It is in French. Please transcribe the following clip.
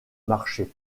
marché